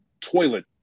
toilet